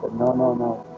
no no no.